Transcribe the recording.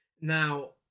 Now